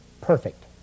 perfect